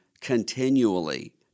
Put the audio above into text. continually